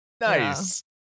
nice